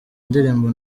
indirimbo